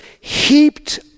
heaped